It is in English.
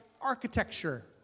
architecture